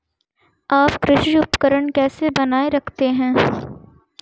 आप कृषि उपकरण कैसे बनाए रखते हैं?